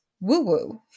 woo-woo